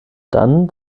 dann